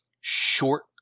short